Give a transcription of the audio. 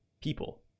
people